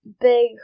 big